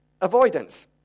Avoidance